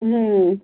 হুম